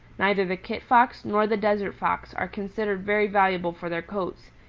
neither the kit fox nor the desert fox are considered very valuable for their coats,